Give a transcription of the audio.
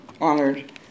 honored